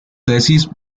tesis